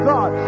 God